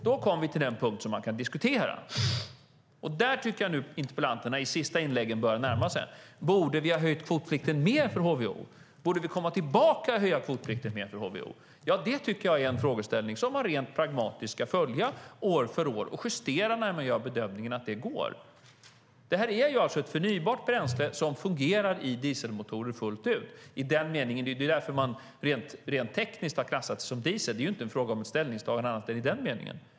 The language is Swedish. Då kommer vi till den punkt som man kan diskutera, och den tycker jag att debattörerna i de senaste anförandena började närma sig, nämligen: Borde vi ha höjt kvotplikten mer för HVO? Borde vi komma tillbaka och höja kvotplikten mer för HVO? Det tycker jag är en frågeställning som man rent pragmatiskt ska följa år för år och justera när man gör bedömningen att det går att göra. HVO är ett förnybart bränsle som fungerar i dieselmotorer fullt ut. Det är därför som det rent tekniskt har klassats som diesel. Det är inte fråga om något ställningstagande i den meningen.